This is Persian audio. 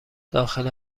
داخل